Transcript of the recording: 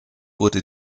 wurde